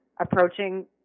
approaching